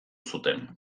zuten